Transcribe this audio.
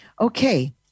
Okay